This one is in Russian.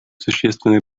существенный